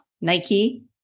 Nike